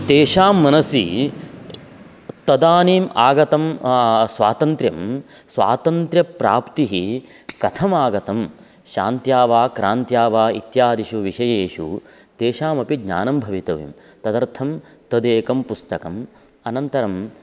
तेषां मनसि तदानीम् आगतं स्वातन्त्र्यं स्वातन्त्र्यप्राप्तिः कथमागतं शान्त्या वा क्रान्त्या वा इत्यादिषु विषयेषु तेषामपि ज्ञानं भवितव्यं तदर्थं तदेकं पुस्तकम् अनन्तरं